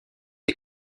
est